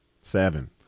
Seven